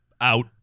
out